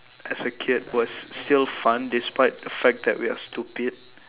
as a kid was still fun despite the fact that they are stupid